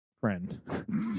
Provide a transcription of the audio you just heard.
friend